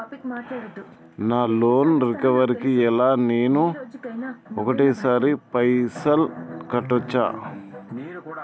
నా loan recovery కి నేను ఒకటేసరి పైసల్ కట్టొచ్చా?